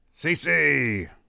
CC